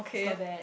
it's not bad